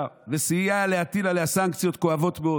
וסייע להטיל עליה סנקציות כואבות מאוד.